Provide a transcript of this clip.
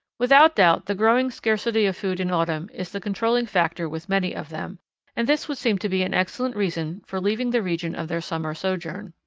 without doubt the growing scarcity of food in autumn is the controlling factor with many of them and this would seem to be an excellent reason for leaving the region of their summer sojourn.